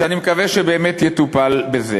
ואני מקווה שבאמת יטפלו בזה.